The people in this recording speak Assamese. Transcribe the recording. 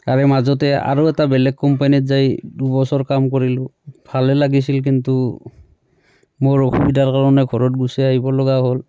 তাৰে মাজতে আৰু এটা বেলেগ কোম্পেনীত যাই দুবছৰ কাম কৰিলোঁ ভালে লাগিছিল কিন্তু মোৰ অসুবিধাৰ কাৰণে ঘৰত গুচি আহিব লগা হ'ল